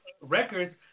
records